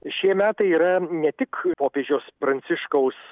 šie metai yra ne tik popiežiaus pranciškaus